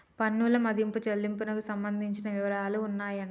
పన్నుల మదింపు చెల్లింపునకు సంబంధించిన వివరాలు ఉన్నాయంట